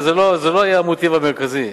אבל זה לא היה המוטיב המרכזי,